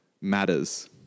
matters